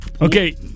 Okay